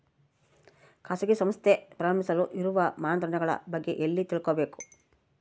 ಖಾಸಗಿ ಸಂಸ್ಥೆ ಪ್ರಾರಂಭಿಸಲು ಇರುವ ಮಾನದಂಡಗಳ ಬಗ್ಗೆ ಎಲ್ಲಿ ತಿಳ್ಕೊಬೇಕು?